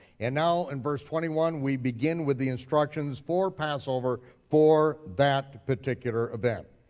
and now, in verse twenty one, we begin with the instructions for passover for that particular event.